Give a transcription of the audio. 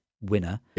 winner